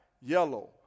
yellow